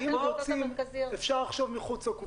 אם רוצים, אפשר לחשוב מחוץ לקופסה.